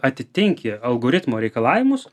atitinki algoritmo reikalavimus